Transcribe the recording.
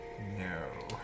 No